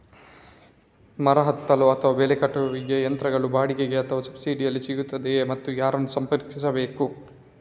ಮರ ಹತ್ತಲು ಅಥವಾ ಬೆಲೆ ಕಟಾವಿನ ಯಂತ್ರಗಳು ಬಾಡಿಗೆಗೆ ಅಥವಾ ಸಬ್ಸಿಡಿಯಲ್ಲಿ ಸಿಗುತ್ತದೆಯೇ ಮತ್ತು ಯಾರನ್ನು ಸಂಪರ್ಕಿಸಬೇಕು?